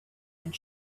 and